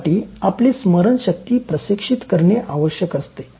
त्यासाठी आपली स्मरणशक्ती प्रशिक्षित करणे आवश्यक असते